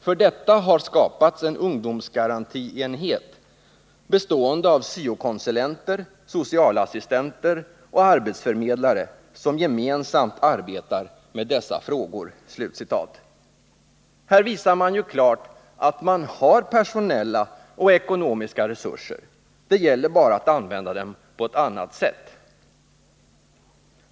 För detta har skapats en ungdomsgarantienhet bestående av Syo-konsulenter, socialassistenter och arbetsförmedlare som gemensamt arbetar med dessa frågor.” Här visar man ju klart att man har personella och ekonomiska resurser, det gäller bara att använda dem på ett annat sätt.